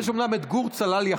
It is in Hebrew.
יש אומנם את גור צלליכין,